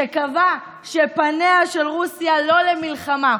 שקבע שפניה של רוסיה לא למלחמה,